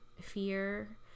fear